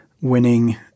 winning